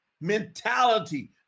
mentality